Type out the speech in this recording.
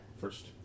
first